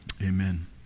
Amen